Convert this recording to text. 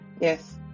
Yes